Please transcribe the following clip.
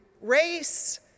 race